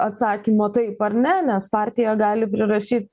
atsakymo taip ar ne nes partija gali prirašyt